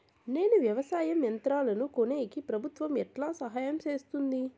నేను వ్యవసాయం యంత్రాలను కొనేకి ప్రభుత్వ ఎట్లా సహాయం చేస్తుంది?